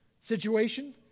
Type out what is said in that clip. situation